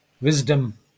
wisdom